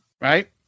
Right